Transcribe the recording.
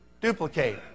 duplicate